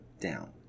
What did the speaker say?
down